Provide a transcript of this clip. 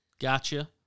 gotcha